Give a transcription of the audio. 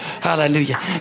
Hallelujah